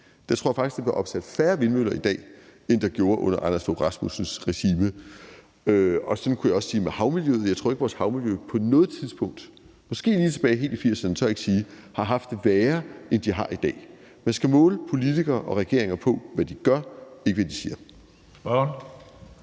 Der tror jeg faktisk, der bliver opsat færre vindmøller i dag, end der gjorde under Anders Fogh Rasmussens regime, og sådan kunne jeg også sige det i forhold til havmiljøet. Jeg tror ikke, vores havmiljø på noget tidspunkt – måske lige bortset fra helt tilbage i 1980'erne, det tør jeg ikke sige – har haft det værre, end det har i dag. Man skal måle politikere og regeringer på, hvad de gør, og ikke, hvad de siger.